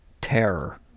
terror